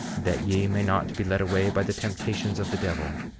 that ye may not be led away by the temptations of the devil,